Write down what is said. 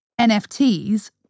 NFTs